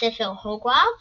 הספר הוגוורטס